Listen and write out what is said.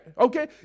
Okay